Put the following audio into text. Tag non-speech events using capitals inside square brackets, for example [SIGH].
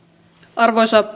arvoisa [UNINTELLIGIBLE]